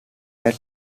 that